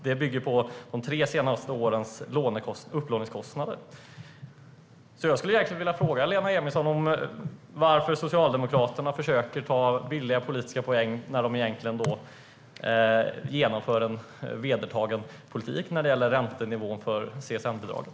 Det bygger på de tre senaste årens upplåningskostnader. Jag vill fråga Lena Emilsson varför Socialdemokraterna försöker ta billiga politiska poäng när de egentligen genomför en vedertagen politik för räntenivån på CSN-bidraget.